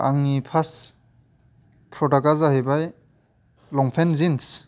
आंनि पास प्रडाक्टआ जाहैबाय लंपेन्ट जिन्स